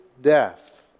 death